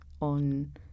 on